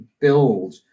build